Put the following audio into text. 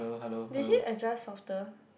did he adjust softer